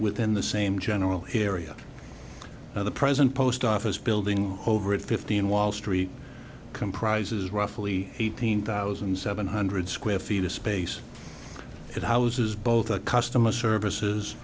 within the same general area of the present post office building over at fifteen wall street comprises roughly eighteen thousand seven hundred square feet of space that houses both a customer services